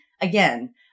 again